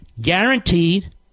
Guaranteed